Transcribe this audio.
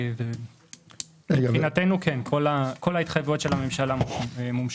מבחינתנו כל ההתחייבויות של הממשלה מומשו.